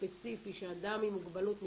ספציפי שאדם עם מוגבלות נתקל,